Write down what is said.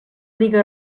diga